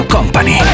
Company